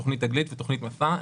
תוכנית תגלית ותוכנית מסע,